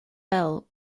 bell